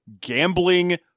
gambling